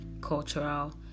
cultural